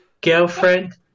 girlfriend